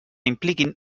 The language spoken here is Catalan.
impliquin